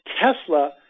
Tesla